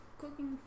cooking